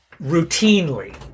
routinely